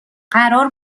قرار